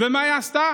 ומה היא עשתה?